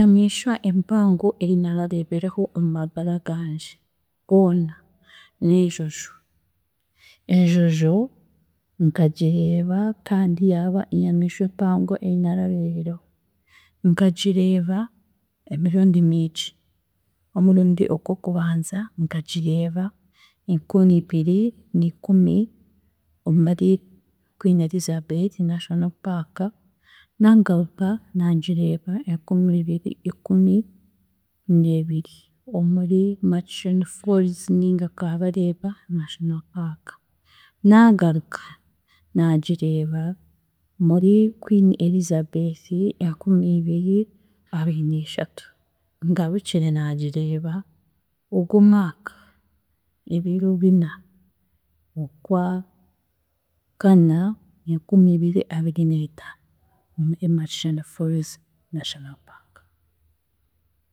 Enyamiishwa empango ei naarareebireho omu magara gangye goona n'enjojo. Enjojo nkagireeba kandi yaaba emyamiishwa empango ei naarareebireho, nkagireeba emirundi mingi, omurundi ogw'okubanza nkagireeba enkumiibiiri n'ikumi omuri Queen Elizabeth National Park, naagaruka naagireeba enkumiibiiri ikumineebiri omuri Murchison falls ninga Kabalega National Park, naagaruka naagireeba muri Queen Elizabeth enkumiibiiri abirineeshatu, ngarukire naagireeba ogwo omwaka ebiro bina Okwakana enkumiibiri abarineetano omuri Murchison falls National Park.